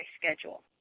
schedule